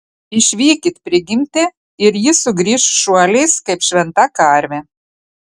išvykit prigimtį ir ji sugrįš šuoliais kaip šventa karvė